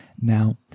now